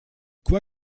quoi